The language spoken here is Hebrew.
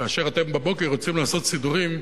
כאשר אתם בבוקר רוצים לעשות סידורים,